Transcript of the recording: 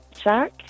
Shark